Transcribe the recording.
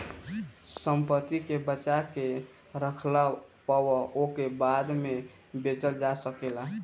संपत्ति के बचा के रखला पअ ओके बाद में बेचल जा सकेला